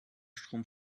strom